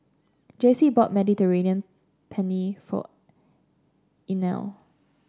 Jacey bought Mediterranean Penne for Inell